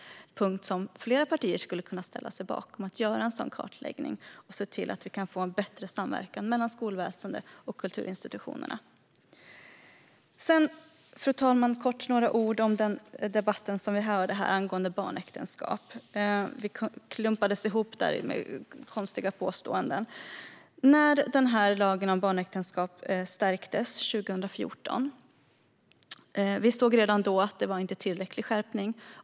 Fler partier borde kunna ställa sig bakom att det görs en sådan kartläggning så att vi kan få en bättre samverkan mellan skolväsendet och kulturinstitutionerna. Fru talman! Så några ord om debatten här om barnäktenskap. Vi klumpades ihop med konstiga påståenden. När lagen om barnäktenskap stärktes 2014 ansåg vi att skärpningen inte var tillräcklig.